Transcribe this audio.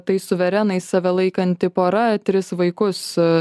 tai suverenais save laikanti pora tris vaikus